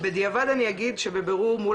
בדיעבד אני אגיד שבבירור מול